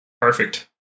Perfect